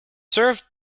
served